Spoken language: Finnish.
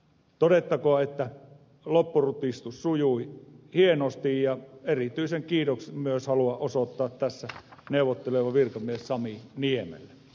todettakoon että loppurutistus sujui hienosti ja erityisen kiitoksen myös haluan osoittaa tässä neuvottelevalle virkamiehelle sami niemelle